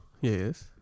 yes